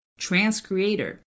transcreator